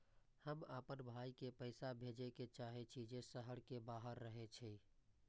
हम आपन भाई के पैसा भेजे के चाहि छी जे शहर के बाहर रहे छै